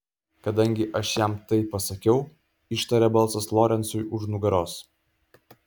kadangi aš jam tai pasakiau ištarė balsas lorencui už nugaros